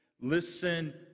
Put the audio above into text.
Listen